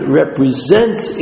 represents